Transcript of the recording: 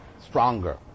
stronger